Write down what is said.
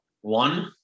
one